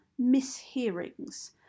mishearings